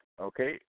Okay